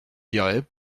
dirais